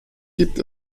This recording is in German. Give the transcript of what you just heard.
gibt